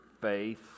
faith